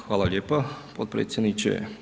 Hvala lijepa potpredsjedniče.